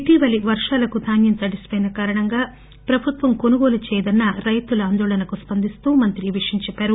ఇటీవలి వర్షాలకు ధాన్యం తడిసి వోయిన కారణంగా ప్రభుత్వం కొనుగోలు చేయదన్న రైతుల ఆందోళన స్పందిస్తూ మంత్రి ఈ విషయం చెప్పారు